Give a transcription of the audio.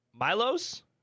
Milo's